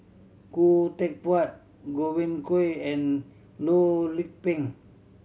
Khoo Teck Puat Godwin Koay and Loh Lik Peng